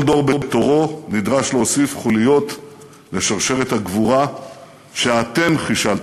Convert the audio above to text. כל דור בתורו נדרש להוסיף חוליות לשרשרת הגבורה שאתם חישלתם.